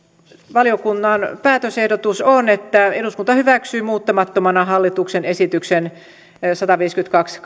valiokunnan päätösehdotus on että eduskunta hyväksyy muuttamattomana hallituksen esitykseen sataviisikymmentäkaksi